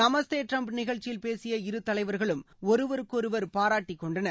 நமஸ்தே Trump நிகழ்ச்சியில் பேசிய இருதலைவர்களும் ஒருவருக்கொருவர் பாராட்டி கொண்டனர்